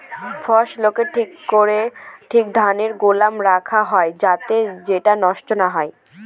ফসলকে ঠিক মত ধানের গোলায় রাখা হয় যাতে সেটা নষ্ট না হয়